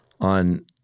on